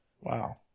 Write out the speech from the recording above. wow